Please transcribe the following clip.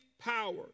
power